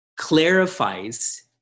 clarifies